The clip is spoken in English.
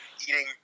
eating